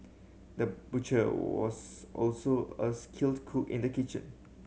the butcher was also a skilled cook in the kitchen